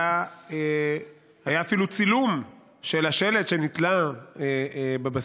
היה אפילו צילום של השלט שנתלה בבסיס,